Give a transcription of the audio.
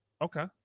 Okay